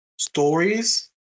stories